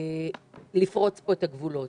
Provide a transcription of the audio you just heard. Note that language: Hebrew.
לפרוץ פה את הגבולות.